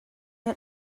had